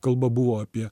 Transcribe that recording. kalba buvo apie